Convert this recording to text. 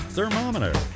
Thermometer